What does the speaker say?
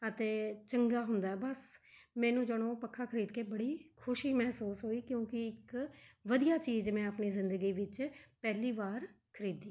ਅਤੇ ਚੰਗਾ ਹੁੰਦਾ ਬਸ ਮੈਨੂੰ ਜਾਣੋ ਪੱਖਾ ਖਰੀਦ ਕੇ ਬੜੀ ਖੁਸ਼ੀ ਮਹਿਸੂਸ ਹੋਈ ਕਿਉਂਕਿ ਇੱਕ ਵਧੀਆ ਚੀਜ਼ ਮੈਂ ਆਪਣੀ ਜ਼ਿੰਦਗੀ ਵਿੱਚ ਪਹਿਲੀ ਵਾਰ ਖਰੀਦੀ